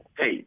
hey